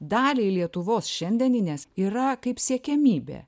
daliai lietuvos šiandieninės yra kaip siekiamybė